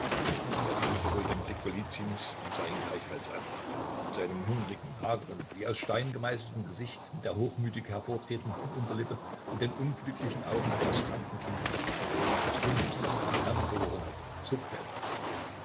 er fühlte wohl den blick golizyns und sah ihn gleichfalls an in seinem hungrigen hageren wie aus stein gemeißelten gesicht mit der hochmütig hervortretenden unterlippe und den unglücklichen augen eines kranken kindes oder eines hundes der seinen herrn verloren hat zuckte etwas